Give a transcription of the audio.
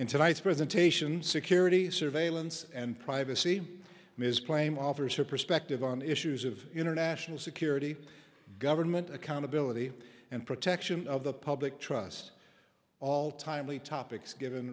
in tonight's presentation security surveillance and privacy ms plame offers her perspective on issues of international security government accountability and protection of the public trust all timely topics given